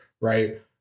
right